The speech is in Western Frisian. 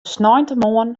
sneintemoarn